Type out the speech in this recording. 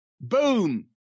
Boom